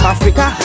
Africa